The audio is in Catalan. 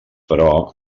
però